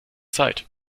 zeit